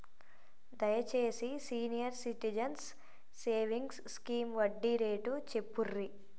దయచేసి senior citizens savings scheme వడ్డీ rate చెప్పుర్రి